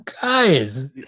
guys